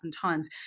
tons